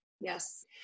Yes